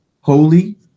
holy